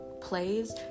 plays